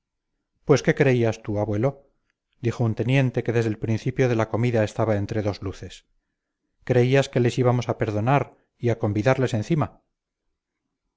pues qué creías tú abuelo dijo un teniente que desde el principio de la comida estaba entre dos luces creías que les íbamos a perdonar y a convidarles encima